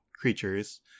creatures